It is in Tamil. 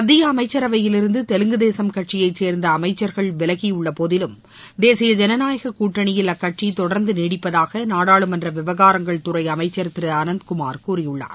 மத்திய அமைச்சரவையிலிருந்து தெலுங்கு தேசம் கட்சியைச் சேர்ந்த அமைச்சர்கள் விலகியுள்ள போதிலும் தேசிய ஜனநாயகக் கூட்டணியில் அக்கட்சி தொடர்ந்து நீடிப்பதாக நாடாளுமன்ற விவகாரங்கள் துறை அமைச்சா் திரு அனந்த்குமார் கூறியுள்ளார்